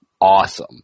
awesome